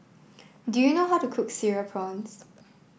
do you know how to cook Cereal Prawns